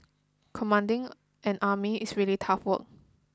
commanding an army is really tough work